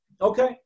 Okay